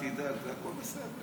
אל תדאג, הכול בסדר.